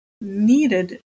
needed